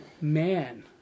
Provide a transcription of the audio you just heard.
Man